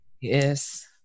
Yes